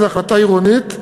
זו החלטה עירונית.